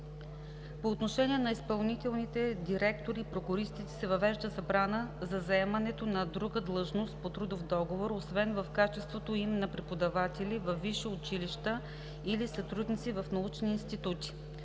По отношение на изпълнителните директори и прокуристите се въвежда забрана за заемането на друга длъжност по трудов договор, освен в качеството им на преподаватели във висши училища или сътрудници в научни институти.